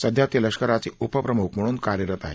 सध्या ते लष्कराचे उपप्रमुख म्हणून कार्यरत आहेत